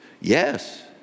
yes